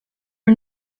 are